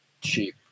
cheap